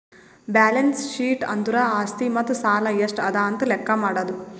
balance sheet ಅಂದುರ್ ಆಸ್ತಿ ಮತ್ತ ಸಾಲ ಎಷ್ಟ ಅದಾ ಅಂತ್ ಲೆಕ್ಕಾ ಮಾಡದು